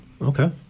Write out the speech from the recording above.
Okay